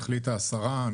החליטה השרה,